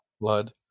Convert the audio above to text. blood